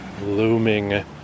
looming